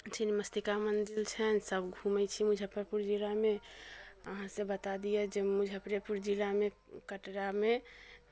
छिन्नमस्तिका मन्दिर छनि सभ घुमै छी मुजफ्फरपुर जिलामे अहाँ सभ बता दियऽ जे मुजफ्फरेपुर जिलामे कटरामे